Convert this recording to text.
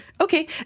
okay